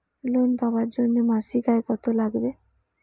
Loan পাবার জন্যে মাসিক আয় কতো লাগবে?